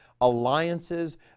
alliances